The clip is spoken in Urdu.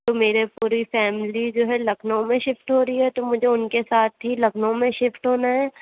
تو میرے پوری فیملی جو ہے لکھنؤ میں شفٹ ہو رہی ہے تو مجھے اُن کے ساتھ ہی لکھنؤ میں شفٹ ہونا ہے